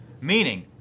Meaning